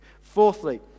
Fourthly